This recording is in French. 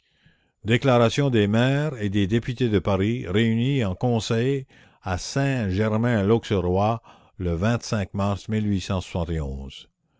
déclaration des maires et des députés de paris réunis en conseil à saint germain lauxerrois le mars